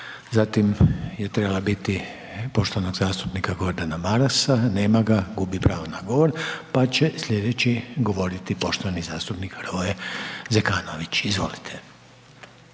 Zatim je trebala biti poštovanog zastupnika Gordana Marasa, nema ga, gubi pravo na govor. Pa će slijedeći govoriti poštovani zastupnik Hrvoje Zekanović, izvolite.